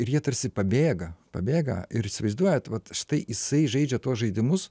ir jie tarsi pabėga pabėga ir įsivaizduojat vat štai jisai žaidžia tuos žaidimus